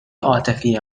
عاطفی